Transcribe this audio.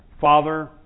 Father